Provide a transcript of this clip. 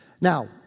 Now